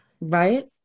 Right